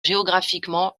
géographiquement